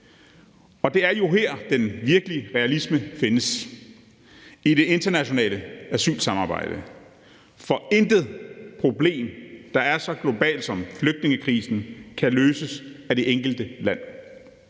og det er jo her, den virkelige realisme findes, altså i det internationale asylsamarbejde. For intet problem, der er så globalt, som flygtningekrisen er det, kan løses af det enkelte land.